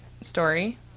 story